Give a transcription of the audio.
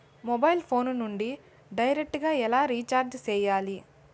mobile phone నుండి direct గా ఎలా రీచార్జి సేయాలి